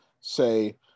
say